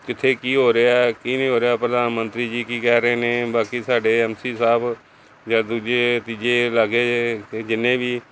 ਕਿੱਥੇ ਕੀ ਹੋ ਰਿਹਾ ਕੀ ਨਹੀਂ ਹੋ ਰਿਹਾ ਪ੍ਰਧਾਨ ਮੰਤਰੀ ਜੀ ਕੀ ਕਹਿ ਰਹੇ ਨੇ ਬਾਕੀ ਸਾਡੇ ਐਮ ਸੀ ਸਾਹਿਬ ਜਾਂ ਦੂਜੇ ਤੀਜੇ ਲਾਗੇ ਦੇ ਜਿੰਨੇ ਵੀ